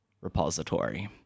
repository